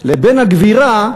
לבן הגבירה,